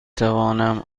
توانم